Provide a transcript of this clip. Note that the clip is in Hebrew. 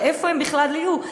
ואיפה הם בכלל יהיו,